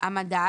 "המדד"